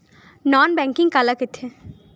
Non banking काला कइथे?